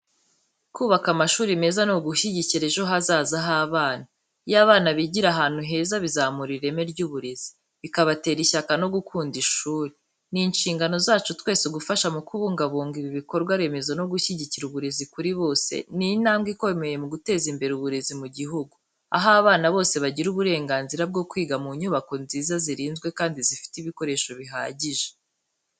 Kubaka amashuri meza ni ugushyigikira ejo hazaza h’abana. Iyo abana bigira ahantu heza, bizamura ireme ry’uburezi, bikabatera ishyaka no gukunda ishuri. Ni inshingano zacu twese gufasha mu kubungabunga ibi bikorwa remezo no gushyigikira uburezi kuri bose, ni intambwe ikomeye mu guteza imbere uburezi mu gihugu, aho abana bose bagira uburenganzira bwo kwiga mu nyubako nziza, zirinzwe kandi zifite ibikoresho bihagije.